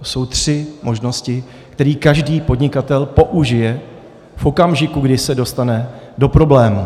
To jsou tři možnosti, které každý podnikatel použije v okamžiku, kdy se dostane do problémů.